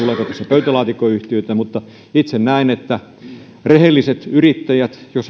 pöytälaatikkoyhtiöitä mutta itse näen että jos rehelliset yrittäjät